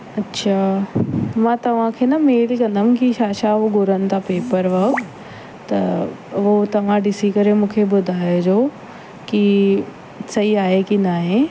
अछा मां तव्हांखे न मेल कंदमि की छा छा हो घुरनि था पेपर वर्क त उहो तव्हां ॾिसी करे मूंखे ॿुधाइजो की सही आहे की न आहे